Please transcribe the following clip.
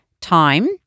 time